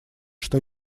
что